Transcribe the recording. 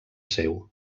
seu